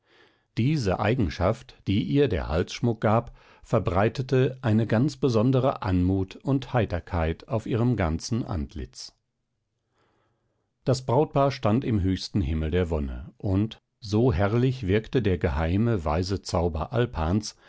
diese eigenschaft die ihr der halsschmuck gab verbreitete eine besondere anmut und heiterkeit auf ihrem ganzen antlitz das brautpaar stand im höchsten himmel der wonne und so herrlich wirkte der geheime weise zauber alpans